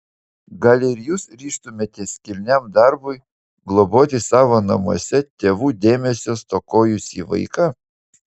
gal ir jūs ryžtumėtės kilniam darbui globoti savo namuose tėvų dėmesio stokojusį vaiką